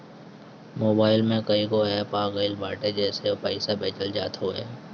mobile में कईगो app आ गईल बाटे जेसे पईसा भेजल जात हवे